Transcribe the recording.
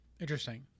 interesting